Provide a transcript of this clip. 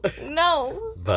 No